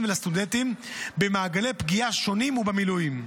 ולסטודנטים במעגלי פגיעה שונים ובמילואים,